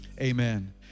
Amen